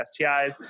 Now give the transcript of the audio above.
STIs